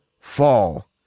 fall